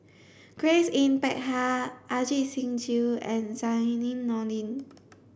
Grace Yin Peck Ha Ajit Singh Gill and Zainudin Nordin